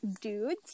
dudes